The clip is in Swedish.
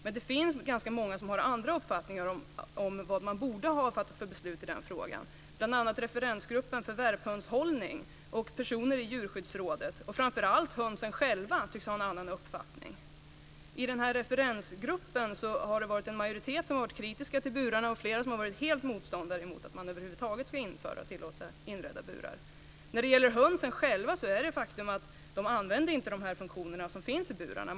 Men det finns ganska många som har andra uppfattningar om vad man borde ha fattat för beslut i den frågan, bl.a. Referensgruppen för värphönshållning och personer i Djurskyddsrådet. Och framför allt tycks hönsen själva ha en annan uppfattning. I denna referensgrupp har en majoritet varit kritisk till burarna, och flera har varit helt mot att man över huvud taget ska tillåta inredda burar. När det gäller hönsen själva är det ett faktum att de inte använder de funktioner som finns i burarna.